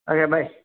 okay bye